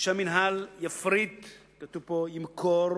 שהמינהל ימכור